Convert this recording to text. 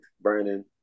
burning